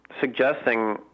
suggesting